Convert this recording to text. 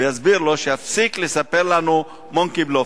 ויסביר לו שיפסיק לספר לנו "מונקי-בלוף".